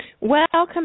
Welcome